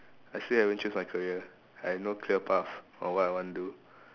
I still haven't choose my career I no clear path of what I want do